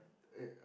uh